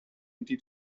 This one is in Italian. enti